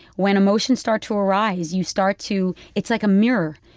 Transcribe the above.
when emotions start to arise, you start to it's like a mirror.